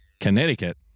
Connecticut